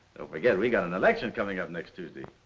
forget we've got an election coming up next tuesday.